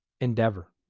endeavor